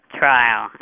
trial